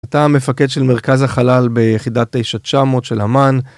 אתה המפקד של מרכז החלל ביחידת 9900 של אמ"ן.